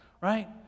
right